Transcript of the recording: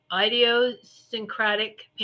idiosyncratic